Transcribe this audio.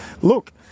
look